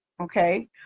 okay